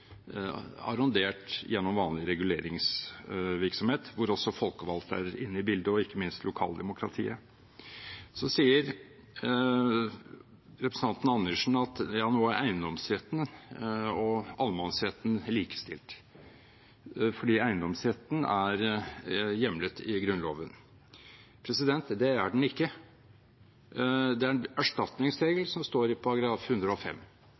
arrondert gjennom vanlig reguleringsvirksomhet, der også folkevalgte og ikke minst lokaldemokratiet er inne i bildet. Så sier representanten Andersen at eiendomsretten og allemannsretten nå er likestilt, fordi eiendomsretten er hjemlet i Grunnloven. Det er den ikke. Det er en erstatningsregel som står i § 105,